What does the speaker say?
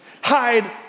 Hide